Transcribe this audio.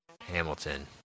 Hamilton